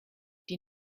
die